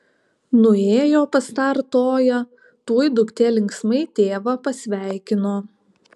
nuėjo pas tą artoją tuoj duktė linksmai tėvą pasveikino